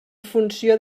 funció